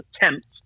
attempt